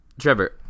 trevor